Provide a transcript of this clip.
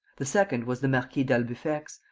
the second was the marquis d'albufex,